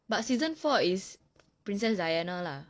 but season four is princess diana lah